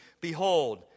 ...behold